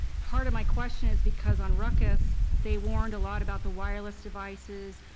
part of my question is because on ruckus they warned a lot about the wireless devices.